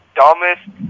dumbest